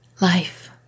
Life